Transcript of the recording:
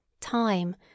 time